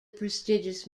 prestigious